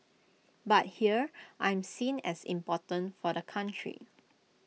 but here I'm seen as important for the country